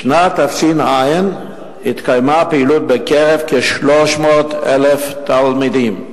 בשנת תש"ע התקיימה פעילות בקרב כ-300,000 תלמידים.